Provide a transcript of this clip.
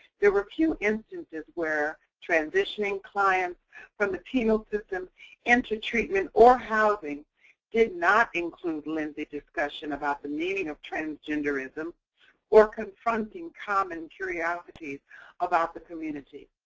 there were few instances where transitioning clients from the penal system into treatment or housing did not include lengthy discussions about the meaning of transgenderism or confronting common curiosities about the community,